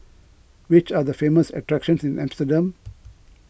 which are the famous attractions in Amsterdam